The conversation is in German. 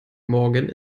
morgen